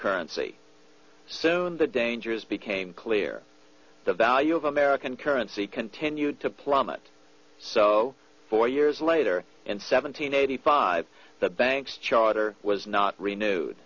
currency soon the dangers became clear the value of american currency continued to plummet so four years later in seventeen eighty five the banks charter was not renewed